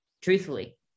Truthfully